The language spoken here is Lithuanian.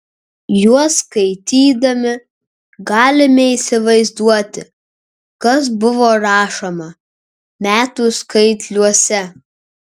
juos skaitydami galime įsivaizduoti kas buvo rašoma metų skaitliuose